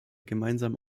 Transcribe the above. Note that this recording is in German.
gemeinsamen